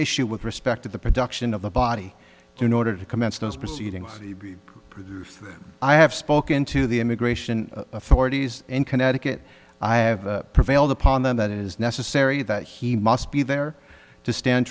issue with respect to the production of the body in order to commence those proceedings because i have spoken to the immigration authorities in connecticut i have prevailed upon them that it is necessary that he must be there to stand